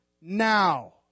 now